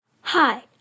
Hi